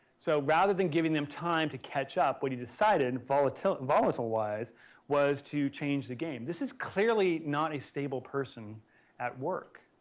so, rather than giving them time to catch up, what he decided volatile and volatile wise was to change the game. this is clearly not a stable person at work.